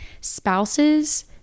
spouses